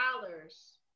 dollars